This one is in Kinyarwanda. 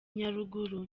nyaruguru